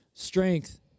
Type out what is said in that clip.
strength